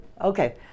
Okay